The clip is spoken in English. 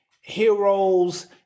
heroes